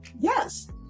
Yes